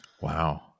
Wow